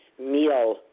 meal